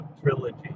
trilogy